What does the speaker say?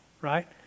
right